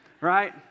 right